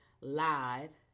live